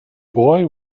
boy